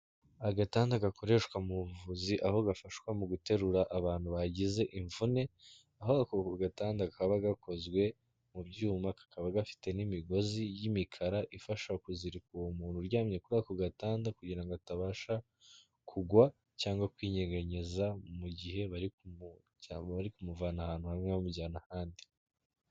Agatanda gakoreshwa mu buvuzi, aho gafashwa mu guterura abantu bagize imvune, aho ako gatanda kaba gakozwe mu byuma, kakaba gafite n'imigozi y'imikara ifasha kuzirika uwo muntu uryamye kuri ako gatanda, kugira ngo atabasha kugwa, cyangwa kwinyeganyeza, mu gihe bari kumuvana ahantu hamwe bamujyana ahandi.